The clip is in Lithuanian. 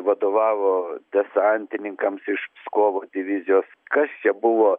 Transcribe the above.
vadovavo desantininkams iš pskovo divizijos kas čia buvo